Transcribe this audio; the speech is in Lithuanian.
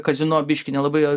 kazino biškį nelabai